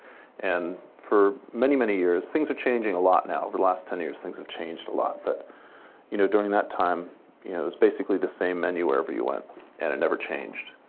and for many, many years things are changing a lot now. over the last ten years, things have changed a lot. but you know during that time you know it was basically the same menu wherever you went and it never changed.